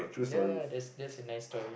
ya that's that's a nice story